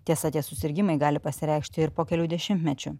tiesa tie susirgimai gali pasireikšti ir po kelių dešimtmečių